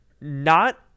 not-